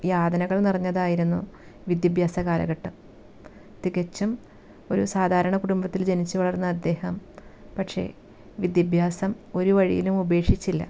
യാതനകള് നിറഞ്ഞതായിരുന്നു വിദ്യാഭ്യാസ കാലഘട്ടം തികച്ചും ഒരു സാധാരണ കുടുംബത്തിൽ ജനിച്ചു വളർന്ന അദ്ദേഹം പക്ഷേ വിദ്യാഭ്യാസം ഒരു വഴിയിലും ഉപേക്ഷിച്ചില്ല